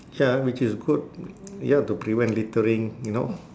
ya which is good you have to prevent littering you know